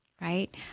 right